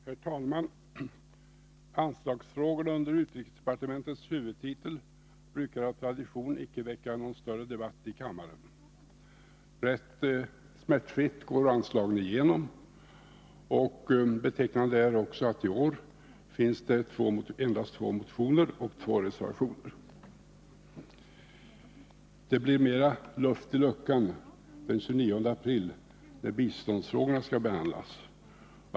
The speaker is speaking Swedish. Herr talman! Anslagsfrågor under utrikesdepartementets huvudtitel brukar av tradition icke väcka någon större debatt i kammaren. Rätt smärtfritt går anslagen igenom. Betecknande är också att i år finns det endast två motioner och två reservationer. Det blir mera luft i luckan den 29 april när biståndsfrågorna skall behandlas.